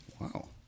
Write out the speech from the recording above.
Wow